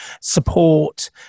support